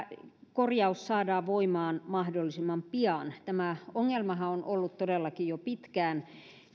korjaus saadaan voimaan mahdollisimman pian tämä ongelmahan on ollut todellakin jo pitkään